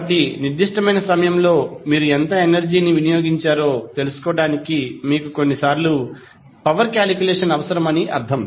కాబట్టి నిర్దిష్టమైన సమయంలో మీరు ఎంత ఎనర్జీ ని వినియోగించారో తెలుసుకోవడానికి మీకు కొన్నిసార్లు పవర్ కాలిక్యులేషన్ అవసరమని అర్థం